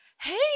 hey